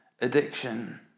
addiction